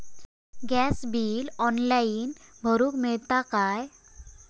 Gas bill online भरुक मिळता काय?